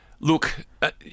Look